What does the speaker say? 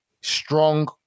strong